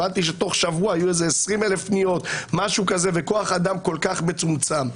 הבנתי שתוך שבוע היו כ-20 אלף פניות וכוח האדם כל כך מצומצם.